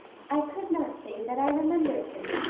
i could not say that i remembered him,